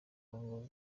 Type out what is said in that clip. kongo